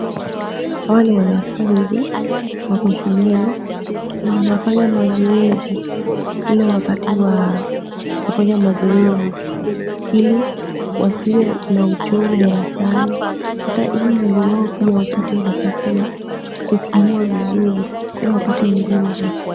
Hawa ni wanafunzi wako shuleni, na wanafanya mazoezi ule wakati wa kufanya mazoezi ili wasiwe na uchovu darasani, ata ili mwili wao pia upate nafasi ya kupumua vizuri ili wapate nguvu.